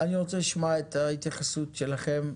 אני רוצה לשמוע את ההתייחסות שלכם.